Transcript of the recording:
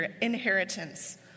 inheritance